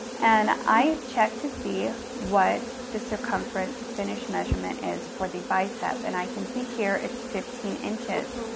and i check to see what the circumference finished measurement is for the bicep, and i can see here it's fifteen inches.